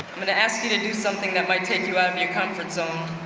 i'm gonna ask you to do something that might take you out of your comfort zone.